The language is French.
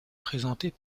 présentées